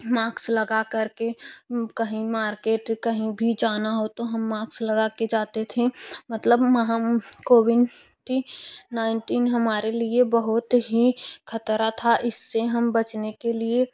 माक्स लगाकर के कहीं मार्केट कहीं भी जाना हो तो हम माक्स लगाकर जाते थे मतलब हम हम कोविन टी नाइटीन हमारे लिए बहुत ही खतरा था इससे हम बचने के लिए